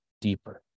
deeper